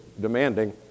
demanding